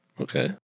Okay